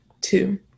two